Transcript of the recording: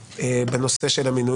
בנושא של המינוי.